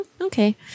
Okay